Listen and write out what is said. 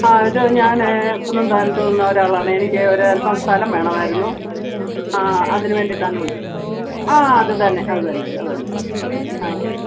ആ ഇത് ഞാനേ കുന്നന്താനത്തുനിന്ന് ഒരാളാണേ എനിക്ക് ഒരു അൽപ്പം സ്ഥലം വേണമായിരുന്നു ആ അതിനുവേണ്ടിയിട്ടാണ് വിളിച്ചത് ആ അത് തന്നെ അത് തന്നെ അത് തന്നെ ആ